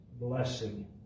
blessing